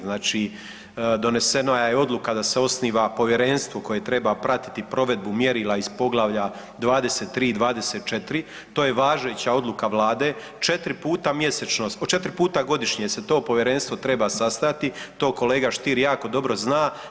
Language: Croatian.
Znači donesena je odluka da se osniva povjerenstvo koje treba pratiti provedbu mjerila iz Poglavlja 23. i 24., to je važeća odluka Vlade, 4 puta mjesečno, 4 puta godišnje se to povjerenstvo treba sastajati, to kolega Stier jako dobro zna.